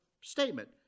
statement